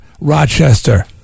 Rochester